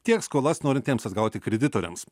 tiek skolas norintiems atgauti kreditoriams